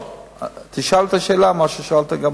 את השאלה ששאלת.